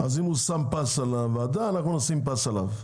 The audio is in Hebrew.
אז אם הוא שם פס על הוועדה אנחנו נשים פס עליו.